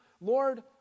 Lord